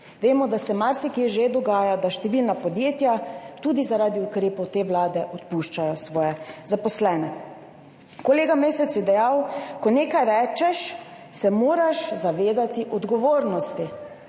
Vemo, da se marsikje že dogaja, da številna podjetja tudi zaradi ukrepov te vlade odpuščajo svoje zaposlene. Kolega Mesec je dejal: »Ko nekaj rečeš, se moraš zavedati odgovornosti.«